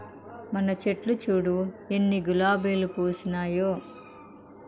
మన చెట్లు చూడు ఎన్ని గులాబీలు పూసినాయో